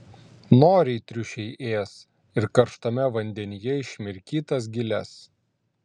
noriai triušiai ės ir karštame vandenyje išmirkytas giles